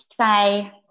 say